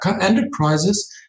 enterprises